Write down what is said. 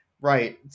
Right